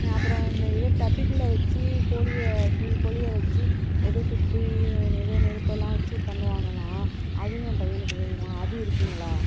அப்புறம் இந்த ஏதோ டப்பிக்குள்ளே வச்சு கோழியை ஃபுல் கோழியை வச்சு ஏதோ சுற்றி ஏதோ நெருப்பெலாம் வச்சு பண்ணுவாங்களாம் அதுவும் என் பையனுக்கு வேணுமாம் அதுவும் இருக்குங்களா